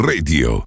Radio